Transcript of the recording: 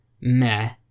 meh